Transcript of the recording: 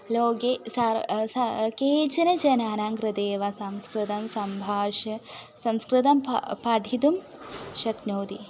लोके सर् स केचन जनानां कृते एव संस्कृतं सम्भाषणं संस्कृतं फ पठितुं शक्नोति